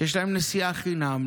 שיש להם נסיעה חינם,